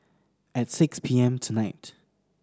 at six P M tonight